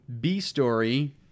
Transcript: B-Story